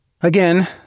Again